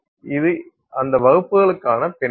இது அந்த வகுப்புகளுக்கான பின்னணி